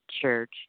Church